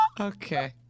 Okay